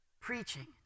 preaching